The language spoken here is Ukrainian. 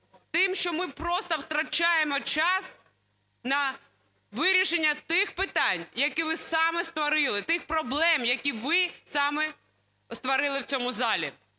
тим, що ми просто втрачаємо час на вирішення тих питань, які ви самі створили, тих проблем, які ви самі створили в цьому залі.